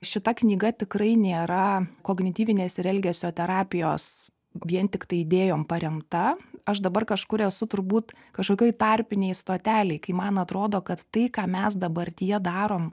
šita knyga tikrai nėra kognityvinės ir elgesio terapijos vien tiktai idėjom paremta aš dabar kažkur esu turbūt kažkokioj tarpinėj stotelėj kai man atrodo kad tai ką mes dabartyje darom